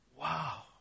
wow